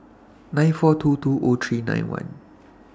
nine four two two O three nine one